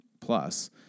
plus